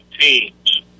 teams